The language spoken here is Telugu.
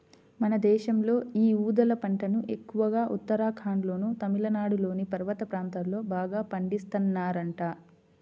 మన దేశంలో యీ ఊదల పంటను ఎక్కువగా ఉత్తరాఖండ్లోనూ, తమిళనాడులోని పర్వత ప్రాంతాల్లో బాగా పండిత్తన్నారంట